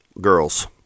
Girls